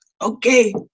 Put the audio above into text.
okay